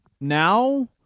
now